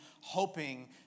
hoping